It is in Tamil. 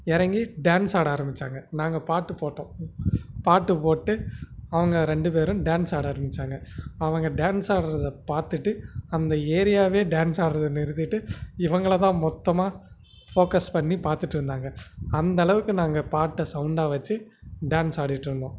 இறங்கி டேன்ஸ் ஆட ஆரமித்தாங்க நாங்கள் பாட்டு போட்டோம் பாட்டு போட்டு அவங்க ரெண்டு பேரும் டேன்ஸ் ஆட ஆரமித்தாங்க அவங்க டேன்ஸ் ஆடுறதை பார்த்துட்டு அந்த ஏரியாவே டேன்ஸ் ஆடுறதை நிறுத்திவிட்டு இவங்கள தான் மொத்தமாக ஃபோக்கஸ் பண்ணி பார்த்துட்டு இருந்தாங்க அந்த அளவுக்கு நாங்கள் பாட்டை சவுண்டாக வச்சு டேன்ஸ் ஆடிகிட்ருந்தோம்